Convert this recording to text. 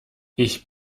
ich